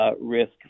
risk